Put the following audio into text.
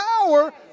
Power